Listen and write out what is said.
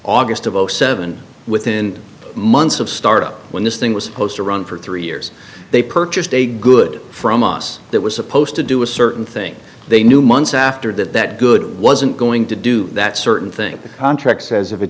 august of zero seven within months of startup when this thing was supposed to run for three years they purchased a good from us that was supposed to do a certain thing they knew months after that that good wasn't going to do that certain thing the contract says if it